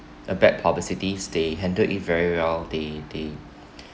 a bad publicity they handled it very well they they